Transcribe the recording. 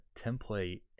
template